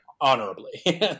honorably